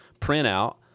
printout